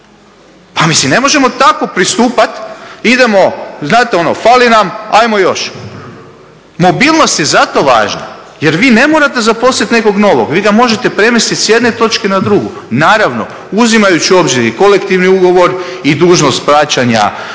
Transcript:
Pa mislim, ne možemo tako pristupa, idemo, znate ono fali nam ajmo još. Mobilnost je zato važna jer vi ne morate zaposliti nekog novog, vi ga možete premjestiti s jedne točke na drugu naravno uzimajući u obzir i kolektivni ugovor, i dužnost plaćanja